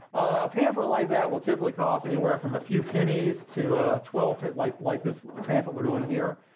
a pamphlet like that would typically cost anywhere from a few pennies to twelve, like like this pamphlet we're doing here,